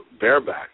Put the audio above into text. bareback